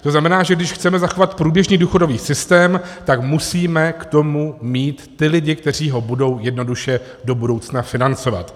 To znamená, že když chceme zachovat průběžný důchodový systém, tak musíme k tomu mít ty lidi, kteří ho budou jednoduše do budoucna financovat.